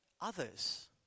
Others